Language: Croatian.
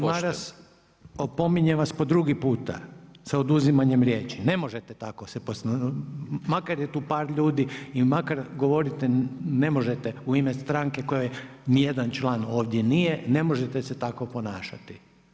Kolega Maras, opominjem vas po drugi puta, sa oduzimanjem riječi, ne možete se tako, makar je tu par ljudi i makar govorite, ne možete u ime stranke koje ni jedan član ovdje nije, ne možete se tako ponašati.